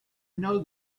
know